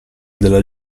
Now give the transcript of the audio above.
della